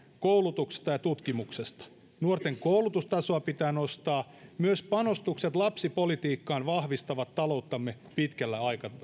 koulutuksesta ja ja tutkimuksesta nuorten koulutustasoa pitää nostaa myös panostukset lapsipolitiikkaan vahvistavat talouttamme pitkällä